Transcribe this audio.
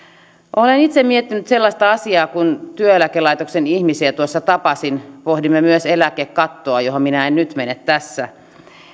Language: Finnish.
olen itse miettinyt sellaista asiaa kun työeläkelaitoksen ihmisiä tuossa tapasin pohdimme myös eläkekattoa johon minä en nyt mene tässä